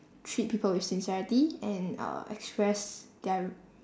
treat people with sincerity and uh express their